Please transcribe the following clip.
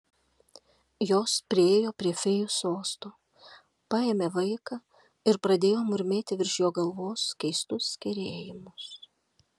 jos priėjo prie fėjų sosto paėmė vaiką ir pradėjo murmėti virš jo galvos keistus kerėjimus